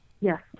Yes